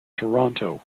toronto